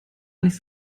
nichts